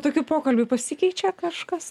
tokių pokalbių pasikeičia kažkas